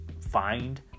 find